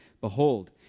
Behold